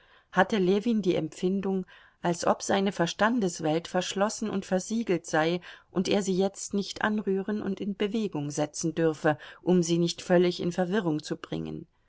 hatte ljewin die empfindung als ob seine verstandeswelt verschlossen und versiegelt sei und er sie jetzt nicht anrühren und in bewegung setzen dürfe um sie nicht völlig in verwirrung zu bringen